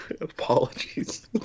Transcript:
Apologies